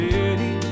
City